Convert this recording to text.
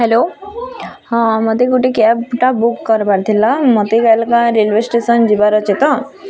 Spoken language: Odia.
ହ୍ୟାଲୋ ହଁ ମୋତେ ଗୁଟେ କ୍ୟାବ୍ଟା ବୁକ୍ କର୍ବାର୍ ଥିଲା ମୋତେ ରେଲେୱ ଷ୍ଟେସନ୍ ଯିବାର୍ ଅଛେଁ ତ